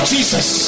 Jesus